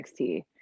nxt